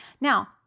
Now